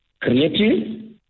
Creative